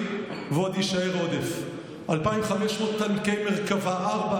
חבר הכנסת גלעד קריב,